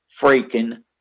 freaking